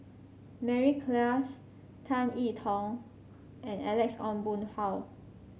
Mary Klass Tan I Tong and Alex Ong Boon Hau